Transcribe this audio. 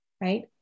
right